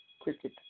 Cricket